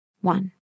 One